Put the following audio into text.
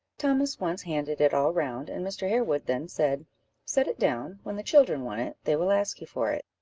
thomas once handed it all round, and mr. harewood then said set it down when the children want it, they will ask you for it.